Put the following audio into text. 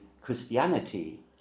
Christianity